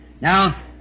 Now